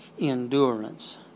endurance